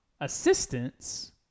assistance